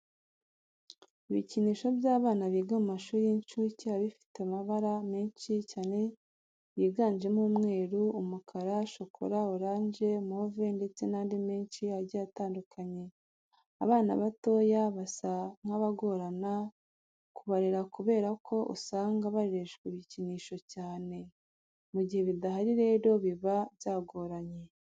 Ibikinisho by'abana biga mu mashuri y'inshuke biba bifite amabara menshi cyane yiganjemo umweru, umukara, shokora, oranje, move ndetse n'andi menshi agiye atandukanye. Abana batoya basa nk'abagorana kubarera kubera ko usanga barereshwa ibikinisho cyane. Mu gihe bidahari rero biba byagoranye.